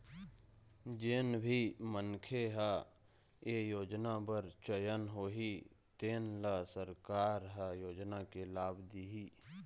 जेन भी मनखे ह ए योजना बर चयन होही तेन ल सरकार ह योजना के लाभ दिहि